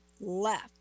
left